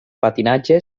patinatge